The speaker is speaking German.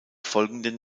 folgenden